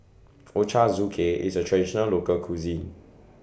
Ochazuke IS A Traditional Local Cuisine